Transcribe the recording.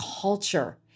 culture